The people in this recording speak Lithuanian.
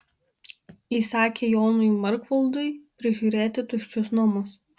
įsakė jonui markvaldui prižiūrėti tuščius namus